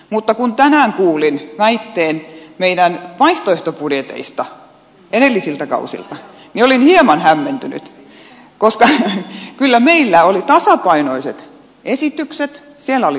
mutta kun tänään kuulin väitteen meidän vaihtoehtobudjeteistamme edellisiltä kausilta niin olin hieman hämmentynyt koska kyllä meillä oli tasapainoiset esitykset siellä oli tulot ja menot